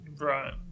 right